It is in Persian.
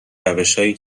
روشهایی